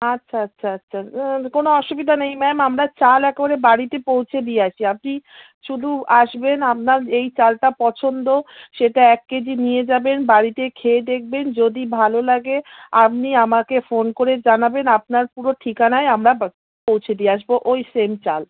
আচ্ছা আচ্ছা আচ্ছা কোনো অসুবিধা নেই ম্যাম আমরা চাল একেবারে বাড়িতে পৌঁছে দিয়ে আসি আপনি শুধু আসবেন আপনার এই চালটা পছন্দ সেটা এক কেজি নিয়ে যাবেন বাড়িতে খেয়ে দেখবেন যদি ভালো লাগে আপনি আমাকে ফোন করে জানাবেন আপনার পুরো ঠিকানায় আমরা পৌঁছে দিয়ে আসবো ওই সেম চাল